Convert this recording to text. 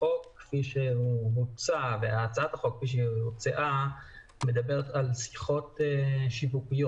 הצעת החוק מדברת על שיחות שיווק,